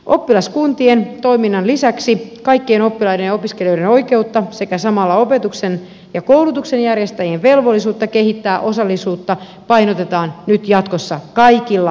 oppilaskuntien toiminnan lisäksi kaikkien oppilaiden ja opiskelijoiden oikeutta sekä samalla opetuksen ja koulutuksen järjestäjien velvollisuutta kehittää osallisuutta painotetaan nyt jatkossa kaikilla asteilla